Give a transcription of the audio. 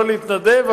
לא להתנדב,